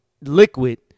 liquid